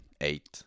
Eight